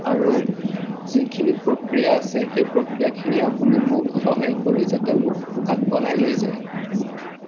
আৰু যিখিনি পক্ৰিয়া আছে সেই পক্ৰিয়াখিনি আপুনি মোক সহায় কৰি যাতে মোক আগবঢ়াই লৈ যায়